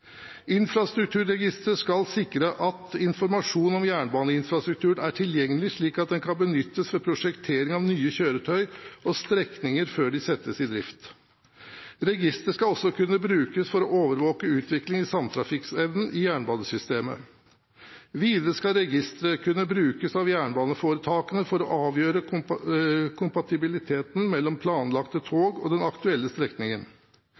Infrastrukturregisteret skal sikre at informasjon om jernbaneinfrastrukturen er tilgjengelig, slik at den kan benyttes ved prosjektering av nye kjøretøy og strekninger før de settes i drift. Registeret skal også kunne brukes for å overvåke utviklingen av samtrafikkevnen i jernbanesystemet. Videre skal registeret kunne brukes av jernbaneforetakene for å avgjøre kompatibilitet mellom planlagte tog og den aktuelle strekningen.